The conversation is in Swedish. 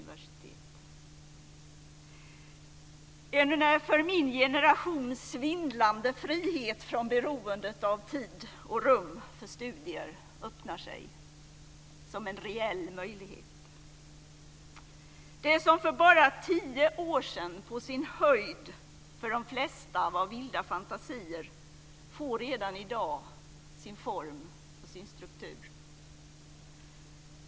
Detta är en för min generation svindlande frihet från beroendet av tid och rum för studier som nu öppnar sig som en reell möjlighet. Det som för bara tio år sedan på sin höjd, för de flesta, var vilda fantasier, får redan i dag sin form och struktur.